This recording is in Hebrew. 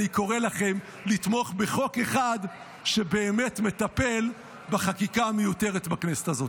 אני קורא לכם לתמוך בחוק אחד שבאמת מטפל בחקיקה המיותרת בכנסת הזו.